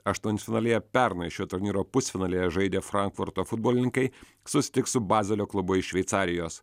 aštuntfinalyje pernai šio turnyro pusfinalyje žaidę frankfurto futbolininkai susitiks su bazelio klubu iš šveicarijos